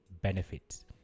benefits